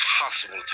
impossible